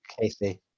Casey